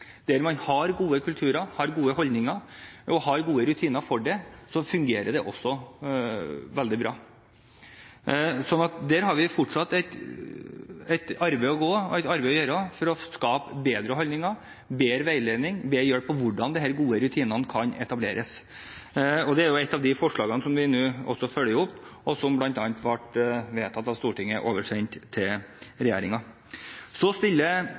fungerer det veldig bra. Her har vi fortsatt en vei å gå og et arbeid å gjøre for å skape bedre holdninger og gi bedre veiledning om og bedre hjelp til hvordan disse gode rutinene kan etableres. Det er også et av de forslagene som vi nå følger opp, og som bl.a. ble vedtatt av Stortinget og oversendt regjeringen. Så